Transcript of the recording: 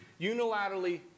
unilaterally